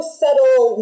subtle